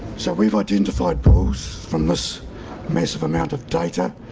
so we've identified bulls from this massive amount of data